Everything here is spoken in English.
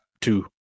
two